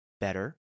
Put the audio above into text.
better